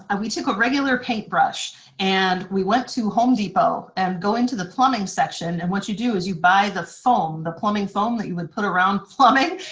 and we took a regular paintbrush and we went to home depot and going to the plumbing sections, and what you do is you buy the foam, the plumbing foam that you would put around plumbing,